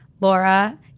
Laura